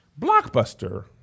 Blockbuster